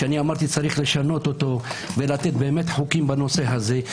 כשאמרתי שצריך לשנותו ולתת חוקים בנושא הזה,